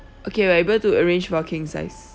okay we're able to arrange for king size